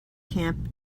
camp